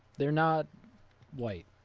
they're not white,